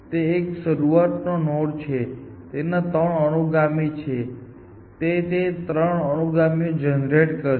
તે એક શરૂઆતનો નોડ છે તેના 3 અનુગામી છે તે તે ત્રણ અનુગામીઓ જનરેટ કરશે